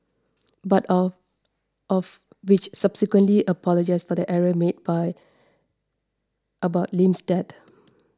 but all of which subsequently apologised for the error made by about Lim's dead